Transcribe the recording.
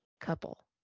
couple